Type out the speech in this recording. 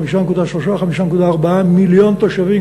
5.4-5.3 מיליון תושבים,